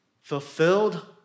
fulfilled